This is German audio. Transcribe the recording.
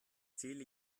zähle